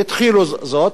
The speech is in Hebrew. והתחילו זאת,